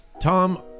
Tom